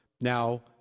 Now